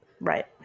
right